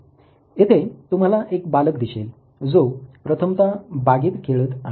येथे तुम्हाला एक बालक दिसेल जो प्रथमता बागेत खेळत आहे